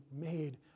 made